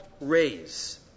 raise